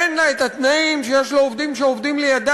אין לה תנאים שיש לעובדים שעובדים לידה